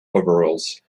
overlays